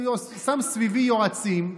אני שם סביבי יועצים,